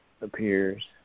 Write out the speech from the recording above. appears